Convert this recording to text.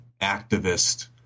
activist